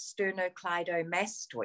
sternocleidomastoid